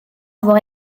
avoir